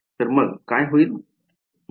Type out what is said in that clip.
तर मग काय होईल